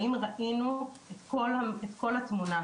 האם ראינו את כל התמונה.